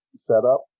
Setup